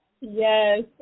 Yes